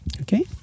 Okay